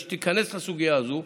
שתיכנס לסוגיה הזאת,